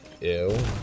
Ew